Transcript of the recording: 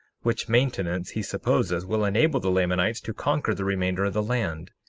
which maintenance he supposeth will enable the lamanites to conquer the remainder of the land,